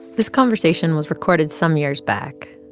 this conversation was recorded some years back.